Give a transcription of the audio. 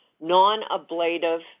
non-ablative